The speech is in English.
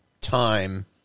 time